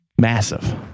massive